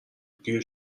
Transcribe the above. پیر